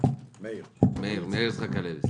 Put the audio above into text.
מאיר יצחק הלוי.